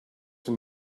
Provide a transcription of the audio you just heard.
from